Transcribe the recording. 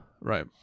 Right